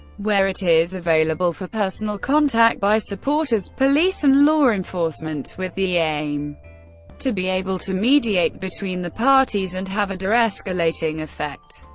where it is available for personal contact by supporters, police and law enforcement, with the aim aim to be able to mediate between the parties and have a de-escalating effect.